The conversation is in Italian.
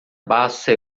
bassa